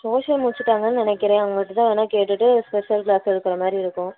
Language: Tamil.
சோஷியல் முடிச்சிட்டாங்கன்னு நினைக்கிறேன் அவங்கக்கிட்ட வேணுணா கேட்டுவிட்டு ஸ்பெஷல் க்ளாஸ் எடுக்கிற மாதிரி இருக்கும்